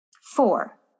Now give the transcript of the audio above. four